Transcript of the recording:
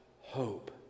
hope